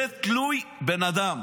זה תלוי בן-אדם,